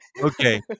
okay